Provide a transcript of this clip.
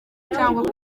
cyangwa